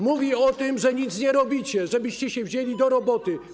Mówi o tym, że nic nie robicie, żebyście się wzięli do roboty.